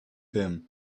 him